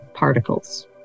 particles